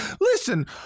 listen